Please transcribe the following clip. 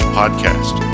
podcast